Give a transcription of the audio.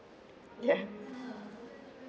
yeah